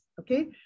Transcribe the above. Okay